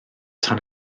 tan